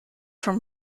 from